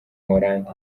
buhorandi